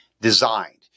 designed